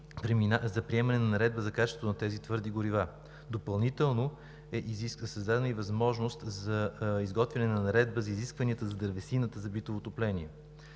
за приемане на Наредба за качеството на тези твърди горива. Допълнително е създадена и възможност за изготвяне на Наредба за изискванията за дървесината за битово отопление.